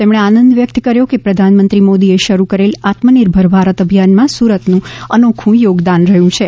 તેમણે આનંદ વ્યકત કર્યો હતો કે પ્રધાનમંત્રી નરેન્દ્ર મોદીએ શરૂ કરેલા આત્મનિર્ભર ભારત અભિયાનમાં સુરતનું અનોખું યોગદાન રહ્યું છે